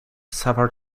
suffered